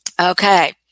Okay